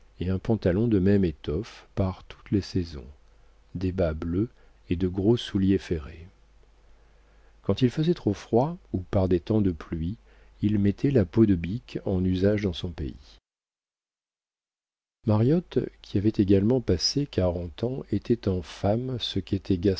et un pantalon de même étoffe par toutes les saisons des bas bleus et de gros souliers ferrés quand il faisait trop froid ou par des temps de pluie il mettait la peau de bique en usage dans son pays mariotte qui avait également passé quarante ans était en femme ce qu'était